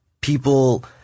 People